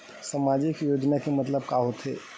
सामजिक योजना मतलब का होथे?